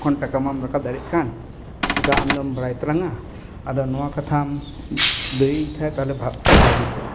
ᱠᱷᱚᱱ ᱴᱟᱠᱟ ᱢᱟᱢ ᱨᱟᱠᱟᱵ ᱫᱟᱲᱮᱭᱟᱜ ᱠᱟᱱ ᱱᱤᱛᱚᱜ ᱟᱢ ᱫᱚᱢ ᱵᱟᱲᱟᱭ ᱛᱟᱞᱟᱝᱟ ᱟᱫᱚ ᱱᱚᱣᱟ ᱠᱟᱛᱷᱟᱢ ᱞᱟᱹᱭᱟᱹᱧ ᱠᱷᱟᱱ ᱛᱟᱦᱚᱞᱮ ᱠᱷᱩᱵᱽ ᱵᱷᱟᱹᱜᱤ ᱠᱚᱜᱼᱟ